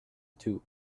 two